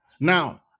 Now